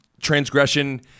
transgression